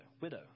widow